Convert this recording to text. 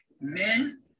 Men